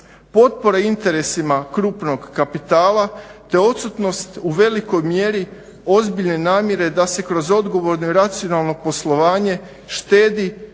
potpora interesima krupnog kapitala te odsutnost u velikoj mjeri ozbiljne namjere da se kroz odgovorno i racionalno poslovanje štedi